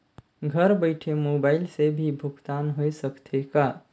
घर बइठे मोबाईल से भी भुगतान होय सकथे का?